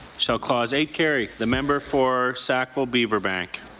shall clause eight carry the member for sackville-beaver bank.